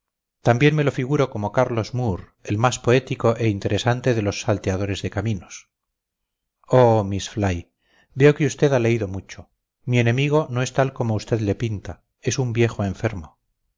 también me lo figuro como carlos moor el más poético e interesante de los salteadores de caminos oh miss fly veo que usted ha leído mucho mi enemigo no es tal como usted le pinta es un viejo enfermo